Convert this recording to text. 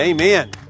Amen